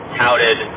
touted